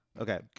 Okay